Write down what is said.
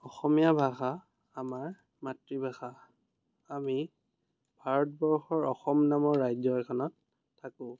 অসমীয়া ভাষা আমাৰ মাতৃভাষা আমি ভাৰতবৰ্ষৰ অসম নামৰ ৰাজ্য এখনত থাকোঁ